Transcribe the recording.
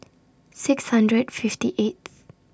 six hundred fifty eighth